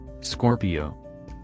Scorpio